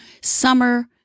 summer